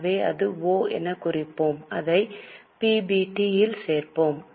எனவே அதை ஒ எனக் குறிப்போம் அதை PBT இல் சேர்ப்போம்